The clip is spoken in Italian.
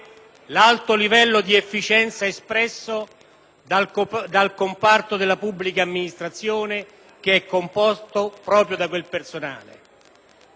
dal comparto della pubblica amministrazione che è composto proprio da quel personale, così come sono già stati posti in rilievo